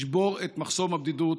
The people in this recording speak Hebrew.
לשבור את מחסום הבדידות,